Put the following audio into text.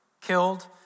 killed